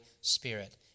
spirit